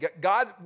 God